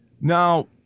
Now